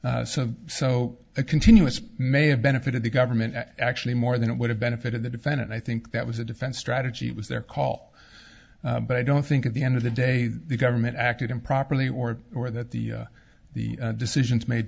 district so a continuous may have benefited the government actually more than it would have benefited the defendant i think that was a defense strategy was their call but i don't think at the end of the day the government acted improperly or or that the the decisions made